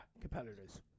competitors